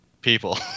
people